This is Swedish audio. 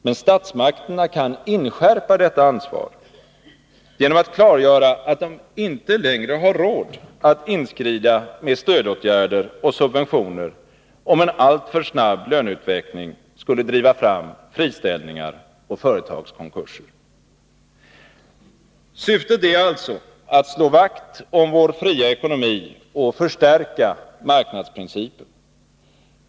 Men statsmakterna kan inskärpa detta ansvar genom att klargöra att de inte längre har råd att inskrida med stödåtgärder och subventioner, om en alltför snabb löneutveckling skulle driva fram friställningar och företagskonkurser. Syftet är således att slå vakt om vår fria ekonomi och förstärka marknadsprincipen.